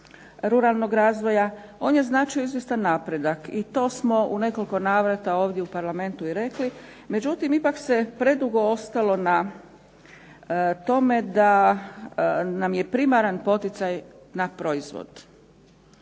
ruralnog razvoja on je značio izvjestan napredak i to smo u nekoliko navrata ovdje u Parlamentu i rekli. Međutim, ipak se predugo ostalo na tome da nam je primaran poticaj na proizvod.